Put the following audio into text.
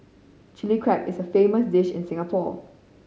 Chilli Crab is a famous dish in Singapore